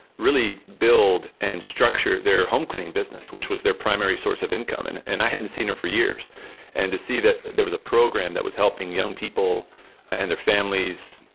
really build and structure their home cleaning business, which was their primary source of income. and and i hadn't seen her for years and to see that there was a program that was helping young people and their families,